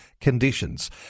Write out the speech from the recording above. conditions